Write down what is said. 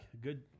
good